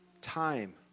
Time